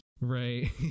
Right